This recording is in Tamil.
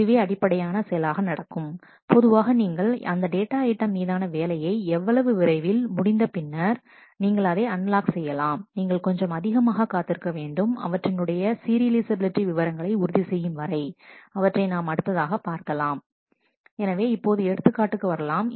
இதுவேஅடிப்படையான செயலாக நடக்கும் பொதுவாக நீங்கள் அந்த டேட்டா ஐட்டம் மீதான வேலையை எவ்வளவு விரைவில் முடித்த பின்னர் நீங்கள் அதை அன்லாக் செய்யலாம் நீங்கள் கொஞ்சம் அதிகமாக காத்திருக்கவேண்டும் அவற்றினுடைய சீரியலைஃசபிலிட்டி விவரங்களை உறுதி செய்யும் வரை அவற்றை நாம் அடுத்ததாக பார்க்கலாம் எனவே இப்போது எடுத்துக்காட்டுக்கு வரலாம்